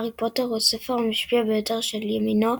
הארי פוטר הוא הספר המשפיע ביותר של ימינו.